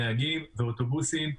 נהגים ואוטובוסים.